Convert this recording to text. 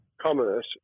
commerce